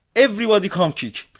everybody come kick.